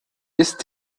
ist